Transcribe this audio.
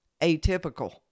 atypical